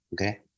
okay